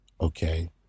okay